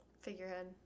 figurehead